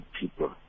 people